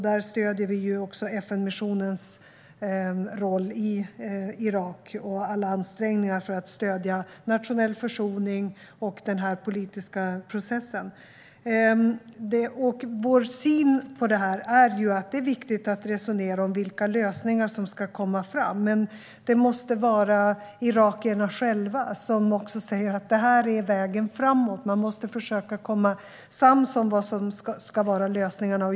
Vi stöder FN-missionens roll i Irak och alla ansträngningar för att stödja nationell försoning och den politiska processen. Vår syn på detta är att det är viktigt att resonera om vilka lösningar som ska komma fram. Men det måste vara irakierna själva som säger: Det här är vägen framåt. Man måste försöka komma sams om vad som ska vara lösningarna.